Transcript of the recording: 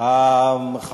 תודה רבה,